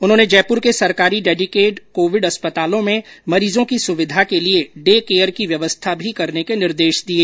उन्होंने जयपुर के सरकारी डेडिकेट कोविड अस्पतालों में मरीजों की सुविधा के लिए डे केयर की व्यवस्था भी करने के निर्देश दिए